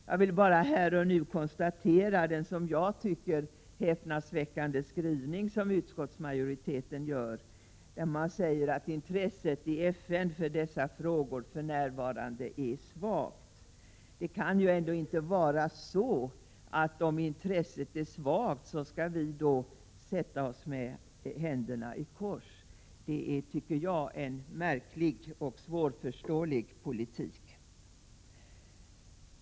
Jag vill bara här och nu konstatera den, som jag tycker, häpnadsväckande skrivning utskottsmajoriteten gör, nämligen att intresset i FN för dessa frågor för närvarande är svagt. Det kan väl ändå inte vara så att vi därför att intresset i FN är svagt skall sitta med armarna i kors. Det tycker jag är en märklig och svårförståelig politik.